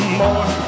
more